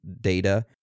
data